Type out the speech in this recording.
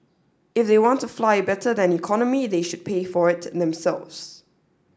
if they want to fly better than economy they should pay for it themselves